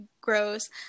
gross